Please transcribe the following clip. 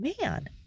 man